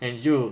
then 你就